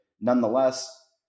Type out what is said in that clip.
nonetheless